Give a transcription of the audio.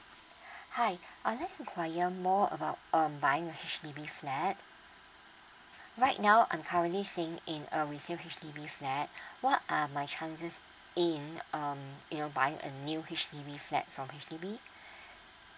hi I would like to inquire more about um buying a H_D_B flat right now I'm currently staying in a resale H_D_B flat what are my chances in um u know buying a new H_D_B flat from H_D_B